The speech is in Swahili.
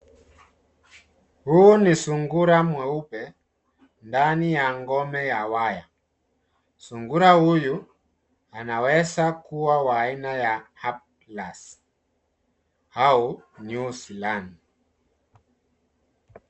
Huu ni sungura mweupe ndani ya ngome ya waya. Sungura huyu anawezakua wa aina ya Hiplus au New Zealand